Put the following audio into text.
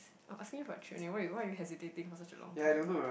I'm asking for why you why you hesitating for such a long time